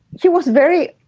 she was very,